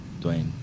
Dwayne